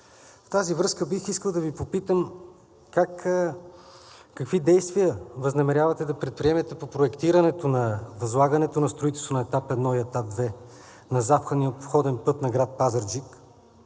В тази връзка бих искал да Ви попитам: какви действия възнамерявате да предприемете по проектирането и възлагането на строителството на Етап I и Етап II на западния обходен път на град Пазарджик